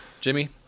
Jimmy